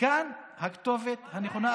כאן הכתובת הנכונה,